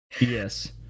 Yes